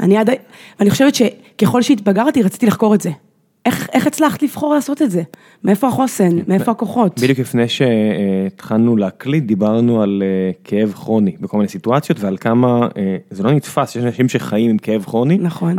אני עדיין, אני חושבת שככל שהתבגרתי, רציתי לחקור את זה. איך הצלחת לבחור לעשות את זה? מאיפה החוסן? מאיפה הכוחות? בדיוק לפני שתחנו להקליט, דיברנו על כאב חורני, בכל מיני סיטואציות, ועל כמה, זה לא נתפס שיש אנשים שחיים עם כאב חורני, נכון.